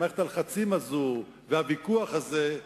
מערכת הלחצים הזאת והוויכוח הזה,